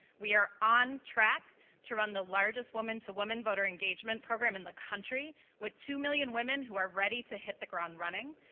we are on track to run the largest woman to woman voter engagement program in the country with two million women who are ready to hit the ground running.